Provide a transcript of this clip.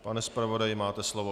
Pane zpravodaji, máte slovo.